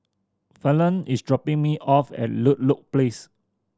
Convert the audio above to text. Fallon is dropping me off at Ludlow Place